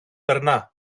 περνά